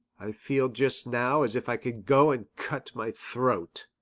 i feel just now as if i could go and cut my throat,